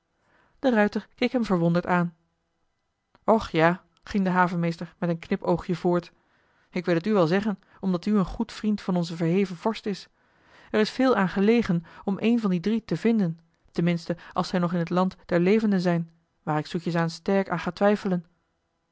de ruijter keek hem verwonderd aan och ja ging de havenmeester met een knipoogje voort ik wil het u wel zeggen omdat u een goed vriend van onzen verheven vorst is er is veel aan gelegen om een van die drie te vinden ten minste als zij nog in t land der levenden zijn waar ik zoetjesaan sterk aan ga twijfelen